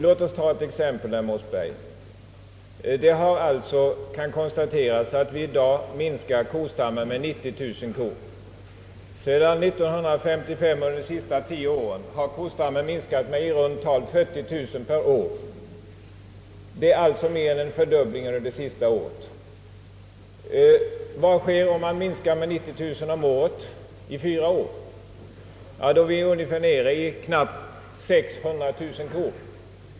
Låt oss ta ett exempel herr Mossberger. Det kan konstateras att vi i år minskar kostammen med 90000 kor. Under de sista tio åren har kostammen minskat med i runt tal 40 000 per år. Det är alltså mer än en fördubbling av utslaktningen under det sista året. Vad sker om man minskar kostammen med 90 000 om året i fyra år? Då är vi nere i knappt 600 000 kor.